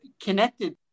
Connected